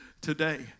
today